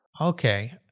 Okay